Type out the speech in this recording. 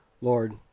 lord